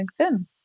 LinkedIn